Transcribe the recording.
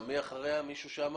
מי אחריה, מישהו שם?